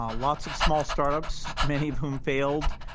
ah lots of small startups many of whom failed,